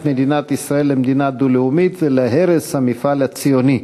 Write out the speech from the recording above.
מדינת ישראל למדינה דו-לאומית ולהרס המפעל הציוני.